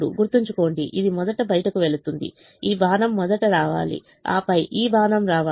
గుర్తుంచుకోండి ఇది మొదట బయటకు వెళుతుంది ఈ బాణం మొదట రావాలి ఆపై ఈ బాణం రావాలి